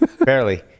Barely